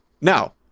now